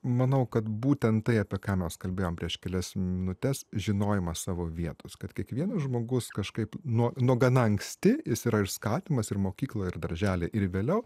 manau kad būtent tai apie ką mes kalbėjom prieš kelias minutes žinojimas savo vietos kad kiekvienas žmogus kažkaip nuo nuo gana anksti jis yra ir skatimas ir mokyklą ir darželį ir vėliau